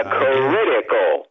critical